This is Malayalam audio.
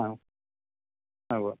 ആ ആ ഉവ്വാ